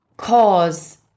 cause